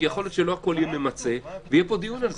כי יכול להיות שלא הכול יהיה ממצה ויהיה פה דיון על זה.